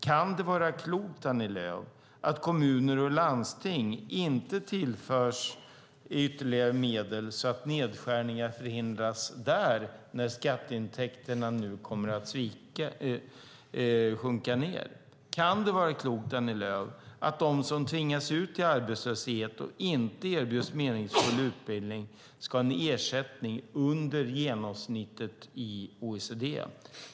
Kan det vara klokt, Annie Lööf, att kommuner och landsting inte tillförs ytterligare medel så att nedskärningar förhindras där när skatteintäkterna nu kommer att sjunka? Kan det vara klokt, Annie Lööf, att de som tvingas ut i arbetslöshet och inte erbjuds meningsfull utbildning ska ha en ersättning under genomsnittet i OECD?